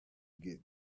get